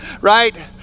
right